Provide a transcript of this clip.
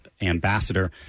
ambassador